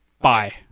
Bye